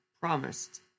promised